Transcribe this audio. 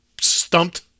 stumped